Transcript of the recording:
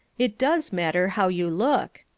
it does matter how you look.